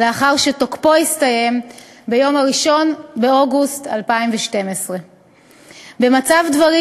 לאחר שתוקפו הסתיים ביום 1 באוגוסט 2012. במצב דברים